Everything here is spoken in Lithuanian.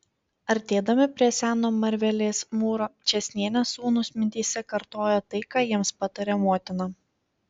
artėdami prie seno marvelės mūro čėsnienės sūnūs mintyse kartojo tai ką jiems patarė motina